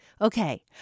Okay